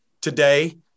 today